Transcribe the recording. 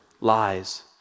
lies